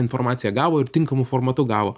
informaciją gavo ir tinkamu formatu gavo